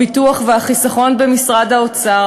הביטוח והחיסכון במשרד האוצר,